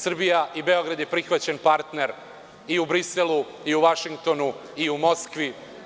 Srbija i Beograd su prihvaćeni partneri i u Briselu i u Vašingtonu i u Moskvi.